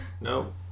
No